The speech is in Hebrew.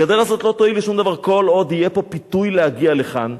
הגדר הזאת לא תועיל לשום דבר כל עוד יהיה פה פיתוי להגיע לכאן,